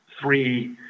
three